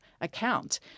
account